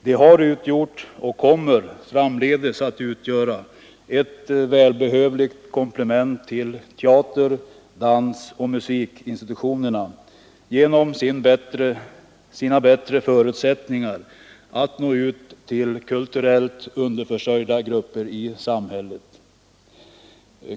De har utgjort och kommer framdeles att utgöra ett välbehövligt komplement till teater-, dansoch musikinstitutionerna genom sina bättre förutsättningar att nå ut till kulturellt underförsörjda grupper i samhället.